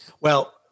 Well-